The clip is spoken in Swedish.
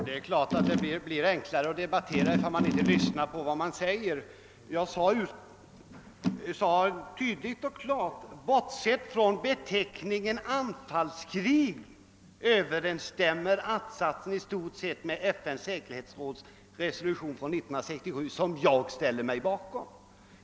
Herr talman! Det blir naturligtvis enklare att debattera om man inte lyssnar på vad en meddebattör säger. Jag sade tydligt och klart: Bortsett från beteckningen anfallskrig överensstämmer att-satsen i stort sett med FN:s säkerhetsråds resolution från 1967 som jag ställer mig bakom.